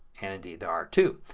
and indeed there are two.